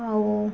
ଆଉ